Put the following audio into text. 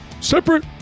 separate